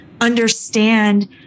understand